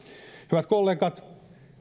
hyvät kollegat